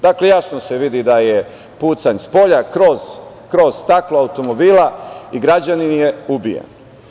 Dakle, jasno se vidi da je pucanj spolja kroz staklo automobila i građanin je ubijen.